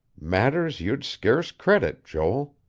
matters you'd scarce credit, joel.